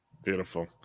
Beautiful